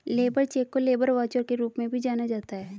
labour cheque को labour voucher के रूप में भी जाना जाता है